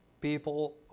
People